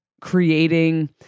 creating